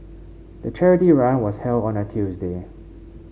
the charity run was held on a Tuesday